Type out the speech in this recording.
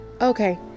okay